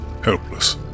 helpless